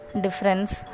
difference